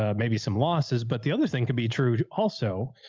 ah maybe some losses, but the other thing could be true also,